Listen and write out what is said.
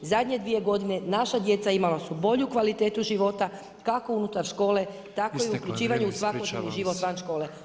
Zadnje 2 g. naša djeca imala su bolju kvalitetu života, kako unutar škole, tako i uključivanje u svakodnevni život van škole.